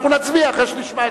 אנחנו נצביע אחרי שנשמע את